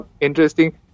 interesting